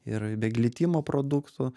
ir be glitimo produktų